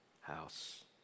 house